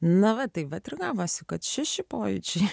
na tai va ir gavosi kad šeši pojūčiai